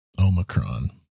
Omicron